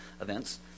events